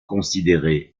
considéré